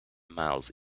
miles